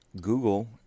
google